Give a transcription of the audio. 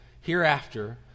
hereafter